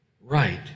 right